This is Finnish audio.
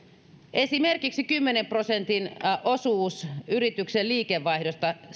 esimerkiksi kymmenen prosentin osuus yrityksen liikevaihdosta